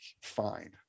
fine